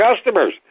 customers